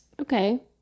Okay